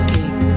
Take